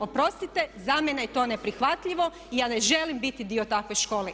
Oprostite za mene je to neprihvatljivo i ja ne želim biti dio takve škole.